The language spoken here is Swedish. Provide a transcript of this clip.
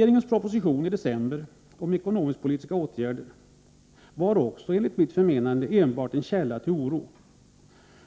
Regeringens proposition i december om ekonomisk-politiska åtgärder var enligt mitt förmenande enbart en källa till oro.